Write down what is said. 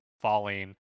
falling